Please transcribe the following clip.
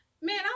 Man